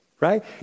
right